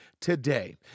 today